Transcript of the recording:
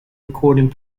recording